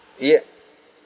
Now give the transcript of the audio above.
yeah